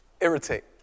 Irritate